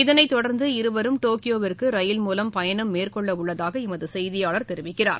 இதனைத் தொடர்ந்து இருவரும் டோக்யோவிற்கு ரயில் மூலம் பயணம் மேற்கொள்ளவுள்ளதாக எமது செய்தியாளர் தெரிவிக்கிறார்